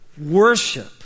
Worship